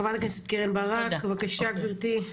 חה"כ קרן ברק, בבקשה גברתי.